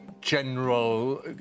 general